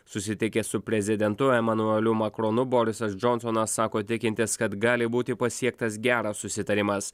susitikęs su prezidentu emanueliu makronu borisas džonsonas sako tikintis kad gali būti pasiektas geras susitarimas